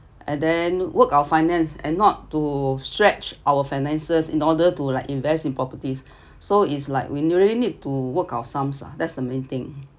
and then work our finance and not to stretch our finances in order to like invest in properties so is like when you really need to work our sums lah that's the main thing